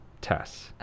tests